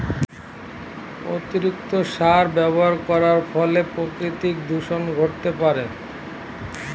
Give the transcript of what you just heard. অতিরিক্ত সার ব্যবহার করার ফলেও প্রাকৃতিক দূষন ঘটতে পারে